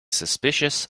suspicious